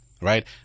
right